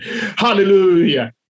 Hallelujah